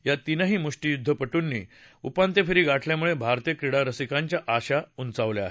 या तीनही मुष्ठियुद्वपटूंनी उपांत्यफेरी गाठल्यामुळे भारतीय क्रीडा रसिकांच्या आशा उंचावल्या आहेत